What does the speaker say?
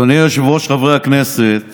אדוני היושב-ראש, חברי הכנסת,